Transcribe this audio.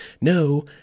no